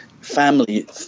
Family